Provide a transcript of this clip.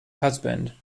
husband